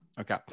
Okay